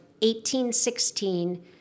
1816